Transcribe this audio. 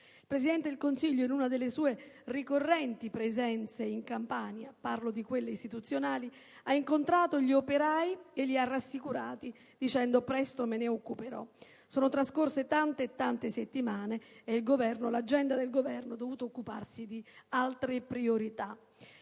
Il Presidente del Consiglio, in una alle sue ricorrenti visite in Campania, parlo di quelle istituzionali, ha incontrato gli operai e li ha rassicurati dicendo che se ne occuperà presto. Sono trascorre tante e tante settimane e l'agenda del Governo ha dovuto occuparsi di altre priorità.